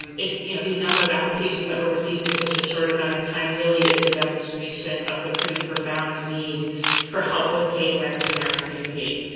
um you know the number of applications that were received in such a short amount of time really is a demonstration of the pretty profound need for help with paying rent in our community.